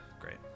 Great